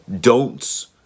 don'ts